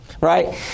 right